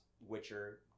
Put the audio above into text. Witcher